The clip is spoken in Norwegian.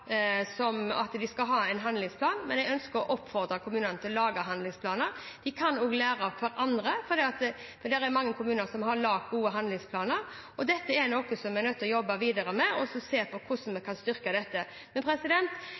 krav at en skal ha en handlingsplan, men jeg ønsker å oppfordre kommunene til å lage handlingsplaner. De kan også lære av hverandre, for det er mange kommuner som har laget gode handlingsplaner. Dette er noe som vi er nødt til å jobbe videre med – vi må se på hvordan vi kan styrke dette. Men